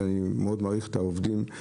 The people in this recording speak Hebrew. ואני מאוד מעריך את העובדים,